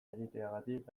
egiteagatik